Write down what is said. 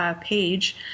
Page